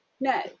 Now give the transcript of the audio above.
no